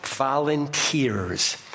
volunteers